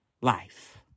life